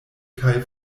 kaj